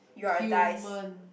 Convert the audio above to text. human